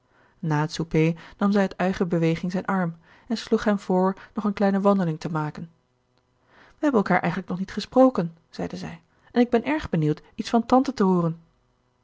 na het soupé nam zij uit eigen beweging zijn arm en sloeg hem voor nog een kleine wandeling te maken wij hebben elkaar eigenlijk nog niet gesproken zeide zij en ik ben erg benieuwd iets van tante te hooren